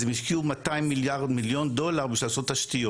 אז הם השקיעו 200 מיליון דולר בשביל לעשות תשתיות.